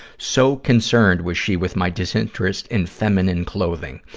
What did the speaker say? so concerned was she with my disinterest in feminine clothing.